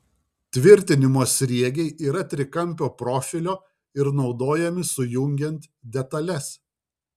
tvirtinimo sriegiai yra trikampio profilio ir naudojami sujungiant detales